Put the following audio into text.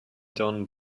done